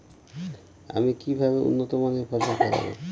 আমি কিভাবে উন্নত মানের ফসল ফলাব?